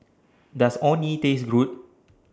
Does Orh Nee Taste Good